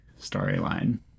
storyline